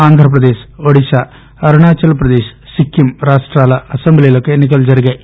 ఆంధ్రప్రదేశ్ ఒడిశా అరుణాచల్ ప్రదేశ్ సిక్కిం రాష్టాల అసెంబ్లీలకు ఎన్నికలు జరిగాయి